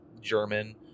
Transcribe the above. German